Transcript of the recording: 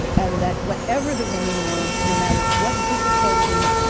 and that whatever the woman wants, no matter what difficulty,